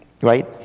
Right